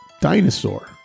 Dinosaur